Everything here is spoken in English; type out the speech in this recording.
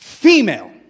Female